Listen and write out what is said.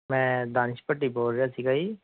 ਮੈਂ ਦਾਨਿਸ਼ ਭੱਟੀ ਬੋਲ ਰਿਹਾ ਸੀਗਾ ਜੀ